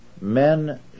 men